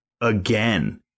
again